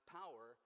power